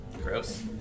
Gross